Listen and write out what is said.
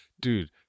dude